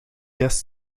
guest